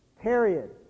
Period